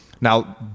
Now